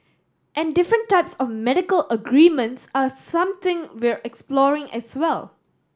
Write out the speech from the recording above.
and different types of medical arrangements are something we're exploring as well